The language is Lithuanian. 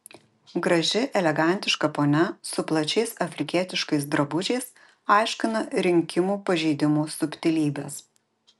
graži elegantiška ponia su plačiais afrikietiškais drabužiais aiškina rinkimų pažeidimų subtilybes